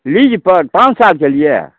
लीजपर पान सालके लिए